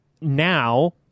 now